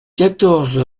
quatorze